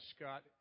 Scott